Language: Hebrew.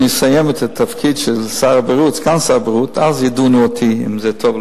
כשאני אסיים את התפקיד של סגן שר הבריאות אז ידונו אותי אם זה טוב,